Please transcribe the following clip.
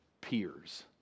peers